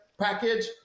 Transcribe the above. package